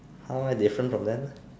how I different from them